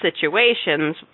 situations